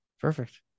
Perfect